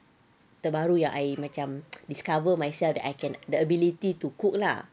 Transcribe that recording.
terbaru yang I macam discover myself that I can the ability to cook lah